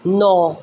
ਨੌ